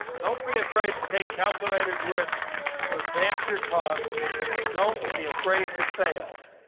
don't be afraid to take calculated risk to advance your cause and don't be afraid to fail.